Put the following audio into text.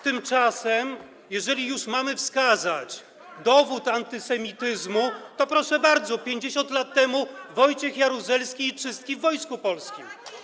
Tymczasem, jeżeli już mamy wskazać dowód antysemityzmu, to proszę bardzo, 50 lat temu Wojciech Jaruzelski i czystki w Wojsku Polskim.